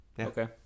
Okay